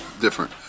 different